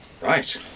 Right